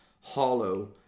hollow